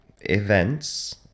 events